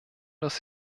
das